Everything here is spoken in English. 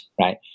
right